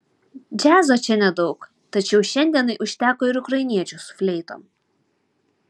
džiazo čia nedaug tačiau šiandienai užteko ir ukrainiečių su fleitom